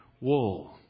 wool